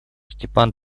степан